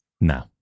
No